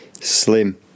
Slim